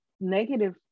negative